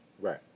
Right